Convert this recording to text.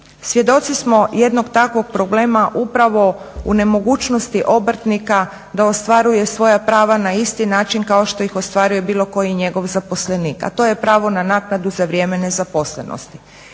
Svjedoci smo jednog takvog problem upravo u nemogućnosti obrtnika da ostvaruje svoja prava na isti način kao što ih ostvaruje bilo koji njegov zaposlenik, a to je pravo na naknadu za vrijeme nezaposlenosti.